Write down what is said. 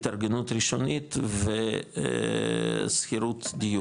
התארגנות ראשונית ושכירות דיור.